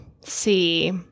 see